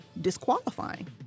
disqualifying